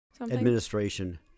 administration